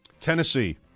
Tennessee